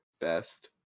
best